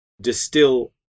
distill